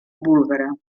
búlgara